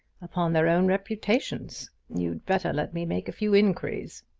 upon their own reputations. you'd better let me make a few inquiries.